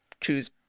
choose